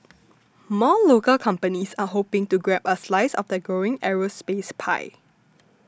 more local companies are hoping to grab a slice of the growing aerospace pie